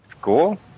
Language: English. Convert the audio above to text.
Cool